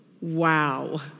Wow